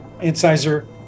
incisor